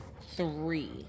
three